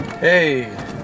Hey